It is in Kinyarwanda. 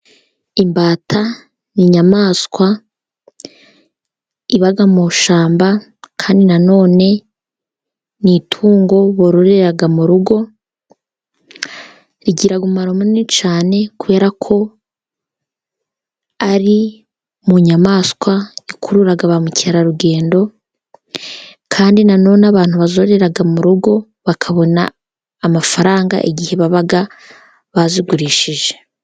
Imbata ni inyamaswa iba mu ishamba, kandi na none ni itungo bororera mu rugo. Rigira umumaro munini cyane, kubera ko ari mu nyamaswa ikurura ba mukerarugendo, kandi nanone abantu bazora mu rugo, bakabona amafaranga igihe baba bazigurishije.